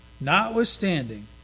notwithstanding